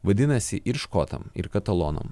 vadinasi ir škotam ir katalonam